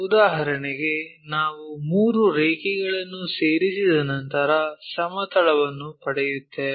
ಉದಾಹರಣೆಗೆ ನಾವು ಮೂರು ರೇಖೆಗಳನ್ನು ಸೇರಿಸಿದ ನಂತರ ಸಮತಲವನ್ನು ಪಡೆಯುತ್ತೇವೆ